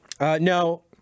No